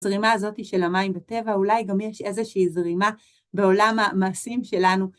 הזרימה הזאת של המים וטבע, אולי גם יש איזושהי זרימה בעולם המעשים שלנו.